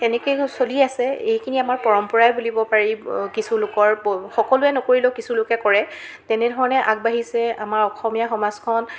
এনেকেই চলি আছে এইখিনি আমাৰ পৰম্পৰাই বুলিব পাৰি কিছু লোকৰ সকলোৱে নকৰিলেও কিছুলোকে কৰে তেনেধৰণে আগবাঢ়িছে আমাৰ অসমীয়া সমাজখন